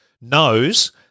knows